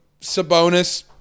Sabonis